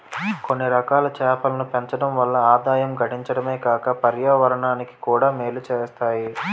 కొన్నిరకాల చేపలను పెంచడం వల్ల ఆదాయం గడించడమే కాక పర్యావరణానికి కూడా మేలు సేత్తాయి